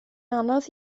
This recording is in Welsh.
anodd